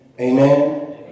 Amen